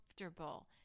comfortable